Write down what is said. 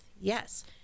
Yes